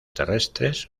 terrestres